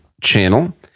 channel